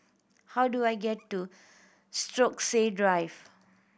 how do I get to Stokesay Drive